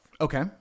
Okay